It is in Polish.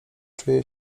czuje